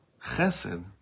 Chesed